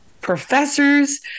professors